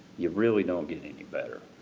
you really don't get any better,